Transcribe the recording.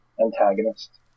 antagonist